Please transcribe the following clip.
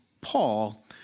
Paul